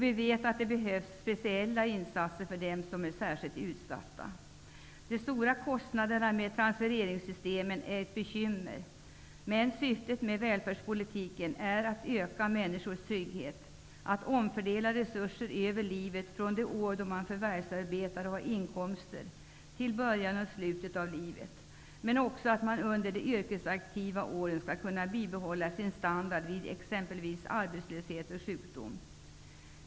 Vi vet att det behövs speciella insatser för dem som är särskilt utsatta. De stora kostnaderna med transfereringssystemen är ett bekymmer. Men syftet med välfärdspolitiken är att öka människors trygghet. Det är fråga om att omfördela resurser från de år då man förvärsarbetar och har inkomster till början och slutet av livet. Men det är också fråga om att man under de yrkesaktiva åren skall kunna bibehålla sin standard vid exempelvis arbetslöshet och sjukdom.